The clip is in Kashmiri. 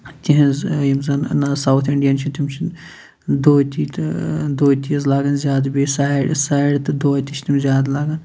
تِہنٛز یِم زَن سَوُتھ اِنڑیَن چھِ تِم چھِ دوتی تہِ دوتیٖز لاگان زیادٕ بیٚیہِ سارِ سارِ تہٕ دوتی چھِ تِم زیادٕ لاگان